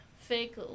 fake